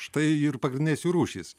štai ir pagrindinės jų rūšys